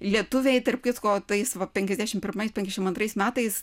lietuviai tarp kitko tais va penkiasdešimt pirmais penkiasdešimt antrais metais